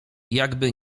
jakby